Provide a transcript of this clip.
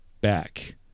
back